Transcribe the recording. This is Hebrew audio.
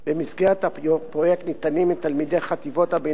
במסגרת הפרויקט ניתן לתלמידי חטיבות הביניים